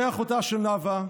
ואחותה של נאוה,